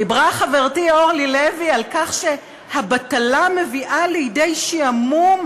דיברה חברתי אורלי לוי על כך שהבטלה מביאה לידי שעמום